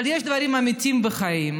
אבל יש דברים אמיתיים בחיים,